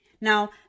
Now